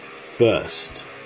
first